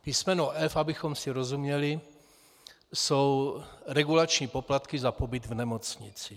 Písmeno f), abychom si rozuměli, jsou regulační poplatky za pobyt v nemocnici.